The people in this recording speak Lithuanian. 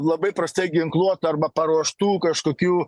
labai prastai ginkluota arba paruoštų kažkokių